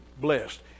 blessed